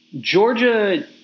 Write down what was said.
Georgia